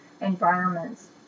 environments